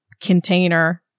container